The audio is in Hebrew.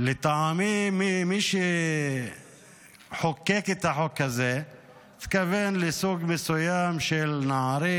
לטעמי מי שחוקק את החוק הזה התכוון לסוג מסוים של נערים,